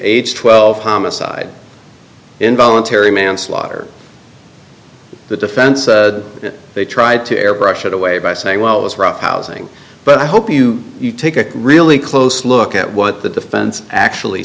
ge twelve homicide involuntary manslaughter the defense they tried to airbrush it away by saying well that's rough housing but i hope you take a really close look at what the defense actually